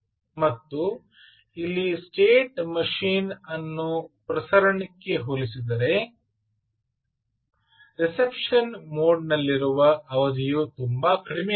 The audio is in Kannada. ಮತ್ತು ಇಲ್ಲಿ ಸ್ಟೇಟ್ ಮಷೀನ್ ಅನ್ನು ಪ್ರಸರಣಕ್ಕೆ ಹೋಲಿಸಿದರೆ ರಿಸೆಪ್ಷನ್ ಮೋಡ್ ನಲ್ಲಿರುವ ಅವಧಿಯು ತುಂಬಾ ಕಡಿಮೆಯಾಗಿದೆ